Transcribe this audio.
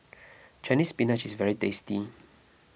Chinese Spinach is very tasty